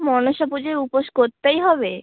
মনসা পুজোয় উপোস করতেই হবে